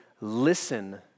listen